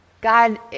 God